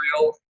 real